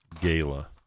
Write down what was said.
gala